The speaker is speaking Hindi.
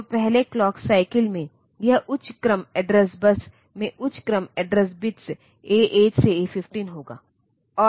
तो पहले क्लॉक साइकिल में यह उच्च क्रम एड्रेस बस में उच्च क्रम एड्रेस बिटA8 से A15 होगा